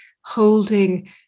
holding